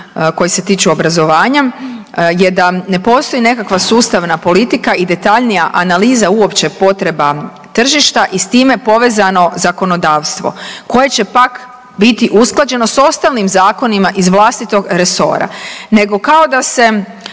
koji se tiču obrazovanja je da ne postoji nekakva sustavna politika i detaljnija analiza uopće potreba tržišta i s time povezano zakonodavstvo koje će pak biti usklađeno s ostalim zakonima iz vlastitog resora, nego kao da se,